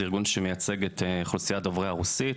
זה ארגון שמייצג את אוכלוסיית דוברי הרוסית,